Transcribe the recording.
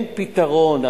אין פתרון.